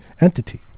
entity